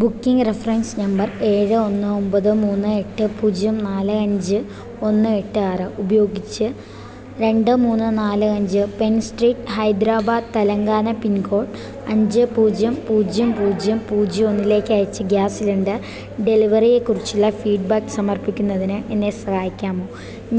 booking reference number ഏഴ് ഒന്ന് ഒമ്പത് മൂന്ന് എട്ട് പൂജ്യം നാല് അഞ്ച് ഒന്ന് എട്ട് ആറ് ഉപയോഗിച്ചു രണ്ട് മൂന്ന് നാല് അഞ്ച് Pen Street Hyderabad Telangana pin code അഞ്ച് പൂജ്യം പൂജ്യം പൂജ്യം പൂജ്യം ഒന്നിലേക്ക് അയച്ച ഗ്യാസ് സിലിണ്ടർ ഡെലിവറിയേ കുറിച്ചുള്ള ഫീഡ്ബാക്ക് സമർപ്പിക്കുന്നതിന് എന്നെ സഹായിക്കാമോ